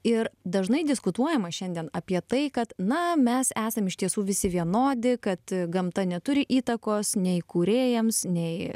ir dažnai diskutuojama šiandien apie tai kad na mes esam iš tiesų visi vienodi kad gamta neturi įtakos nei kūrėjams nei